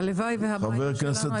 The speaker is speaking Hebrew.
הלוואי והבעיה שלנו הייתה רק דבש.